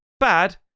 bad